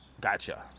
gotcha